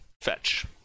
fetch